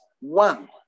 one